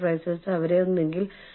റിക്രൂട്ട്മെന്റും തിരഞ്ഞെടുപ്പും